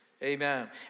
Amen